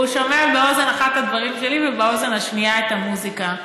הוא שומע באוזן אחת את הדברים שלי ובאוזן השנייה את המוזיקה.